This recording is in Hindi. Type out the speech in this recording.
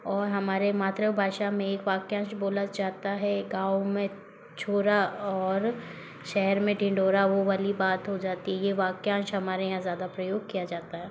और हमारी मातृभाषा में एक वाक्यांश बोला जाता है गाँव में छोरा और शहर में ढिंढोरा वो वाली बात हो जाती है ये वाक्यांश हमारे यहाँ ज़्यादा प्रयोग किया जाता है